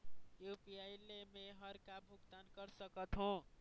UPI ले मे हर का का भुगतान कर सकत हो?